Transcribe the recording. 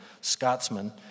Scotsman